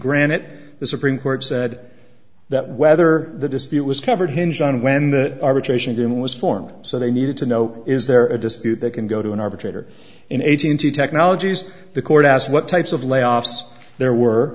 granite the supreme court said that whether the dispute was covered hinge on when the arbitration hearing was formal so they needed to know is there a dispute they can go to an arbitrator in eighteen two technologies the court asked what types of layoffs there were